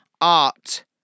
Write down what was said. art